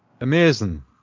amazing